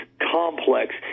complex